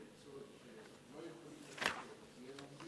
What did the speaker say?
יש ראשי מועצות שלא יכולים לחכות,